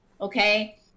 okay